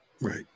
Right